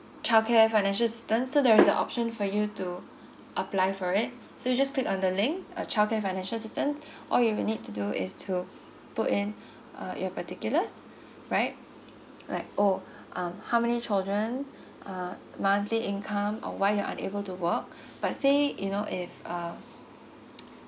childcare financial assistance so there is a option for you to apply for it so you just click on the link uh childcare financial assistance all you need to do is to put in uh your particulars right like oh um how many children uh monthly income or what you're unable to work but say you know if um